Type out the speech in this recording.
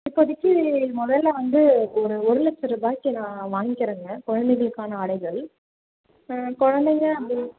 இப்போதைக்கு முதல்ல வந்து ஒரு ஒரு லட்சம் ரூபாய்க்கு நான் வாங்கிகிறேங்க குழந்தைகளுக்கான ஆடைகள் குழந்தைங்க அப்படி